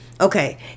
Okay